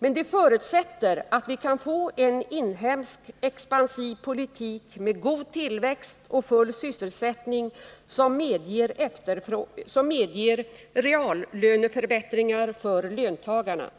Men det förutsätter att vi kan få en inhemsk expansiv politik med god tillväxt och Åtgärder för att stabilisera ekono full sysselsättning som medger reallöneförbättringar för löntagarna.